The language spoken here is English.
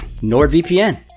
NordVPN